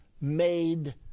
made